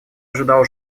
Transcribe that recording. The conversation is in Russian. ожидал